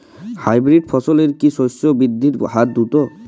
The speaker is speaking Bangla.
হাইব্রিড ফসলের কি শস্য বৃদ্ধির হার দ্রুত?